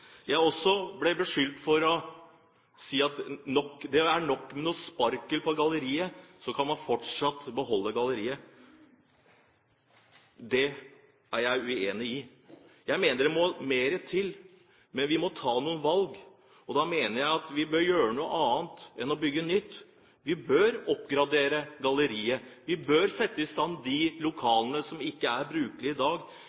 Jeg har også blitt beskyldt for å si at det er nok med noe sparkel på galleriet, så kan man fortsatt beholde galleriet. Det er jeg uenig i. Jeg mener det må mer til. Men vi må ta noen valg, og da mener jeg at vi bør gjøre noe annet enn å bygge nytt. Vi bør oppgradere galleriet. Vi bør sette i stand de